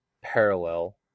parallel